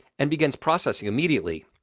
and begins processing immediately,